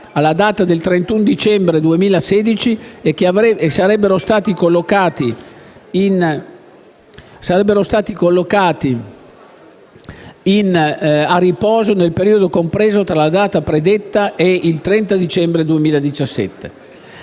alla data del 31 dicembre 2016 e che sarebbero stati collocati a riposo nel periodo compreso tra lo predetta data e il 30 dicembre 2017